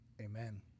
Amen